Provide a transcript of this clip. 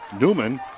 Newman